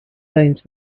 bones